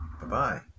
bye-bye